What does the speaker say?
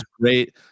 great